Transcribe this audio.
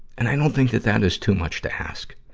and i don't think that that is too much to ask.